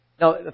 Now